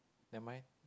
am I